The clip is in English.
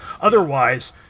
Otherwise